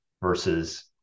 versus